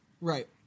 right